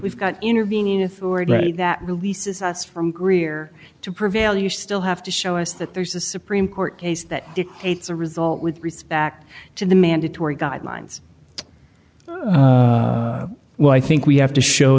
we've got intervening authority that releases us from greer to prevail you still have to show us that there's a supreme court case that dictates a result with respect to the mandatory guidelines well i think we have to show